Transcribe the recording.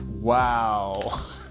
Wow